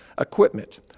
equipment